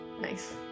Nice